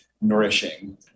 nourishing